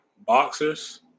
Boxers